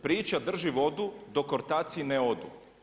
Priča drži vodu dok ortaci ne odu.